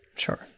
Sure